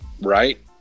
right